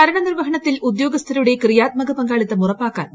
ഭരണ നിർവ്വഹണത്തിൽ ഉദ്യോഗസ്ഥരുടെ ക്രീയാത്മക പങ്കാളിത്തം ഉറപ്പാക്കാൻ നടപടി